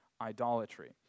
idolatry